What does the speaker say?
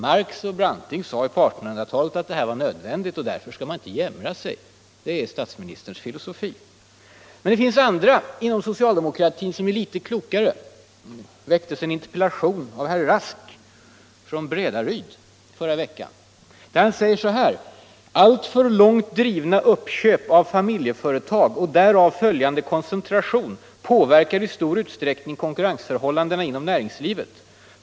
Marx och Branting sade ju på 1800-talet att det här var nödvändigt, och därför skall man inte jämra sig. Det är statsministerns filosofi. Men det finns andra inom socialdemokratin som är litet klokare. Det ställdes en interpellation av herr Rask från Bredaryd förra veckan. Han säger att ”alltför långt drivna uppköp av familjeföretag och därav följande koncentration påverkar i stor utsträckning konkurrensförhållandena inom näringslivet.